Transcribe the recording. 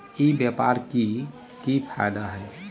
ई व्यापार के की की फायदा है?